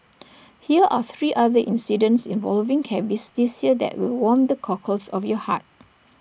hear are three other incidents involving cabbies this year that will warm the cockles of your heart